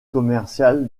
commercial